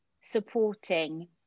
supporting